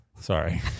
Sorry